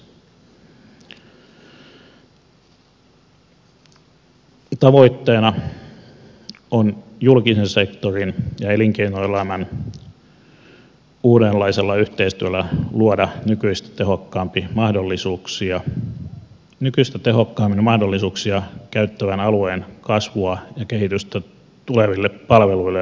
tavoitteena on julkisen sektorin ja elinkeinoelämän uudenlaisella yhteistyöllä luoda nykyistä tehokkaammin mahdollisuuksia käyttävän alueen kasvua ja kehitystä tuleville palveluille ja liiketoiminnalle